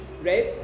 right